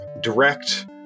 direct